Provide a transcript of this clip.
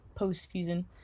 postseason